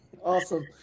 Awesome